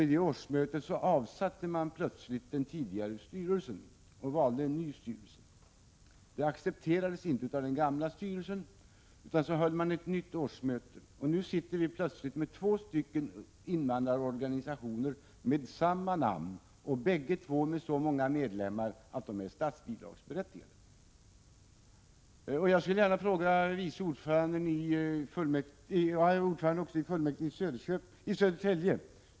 Där avsatte man plötsligt den tidigare styrelsen och valde en ny. Det accepterades inte av den gamla styrelsen, utan man höll ett nytt årsmöte. Nu finns det plötsligt två stycken invandrarorganisationer med samma namn, bägge med så många medlemmar att de är statsbidragsberättigade. Jag skulle gärna vilja ställa en fråga till vice ordföranden i lagutskottet, tillika ordförande i kommunfullmäktige i Södertälje.